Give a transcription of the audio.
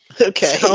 Okay